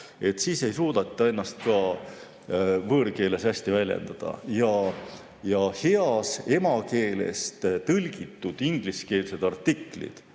siis ei suudeta ennast ka võõrkeeles hästi väljendada. Heast emakeelest tõlgitud ingliskeelsed artiklid